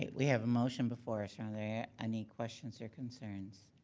ah we have a motion before us, are there any questions or concerns?